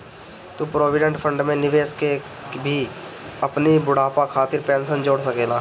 तू provident fund में निवेश कअ के भी अपनी बुढ़ापा खातिर पेंशन जोड़ सकेला